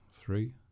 Three